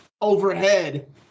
overhead